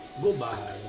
Goodbye